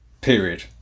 Period